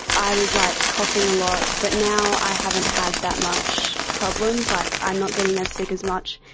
i was like coughing a lot but now i haven't had that much problems, like i'm not getting as sick as much,